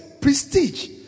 prestige